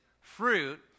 fruit